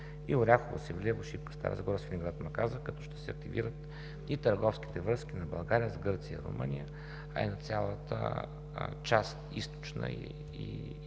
и „Оряхово – Севлиево – Шипка – Стара Загора – Свиленград – Маказа“, като ще се активират и търговските връзки на България с Гърция и Румъния, а и на цялата Източна и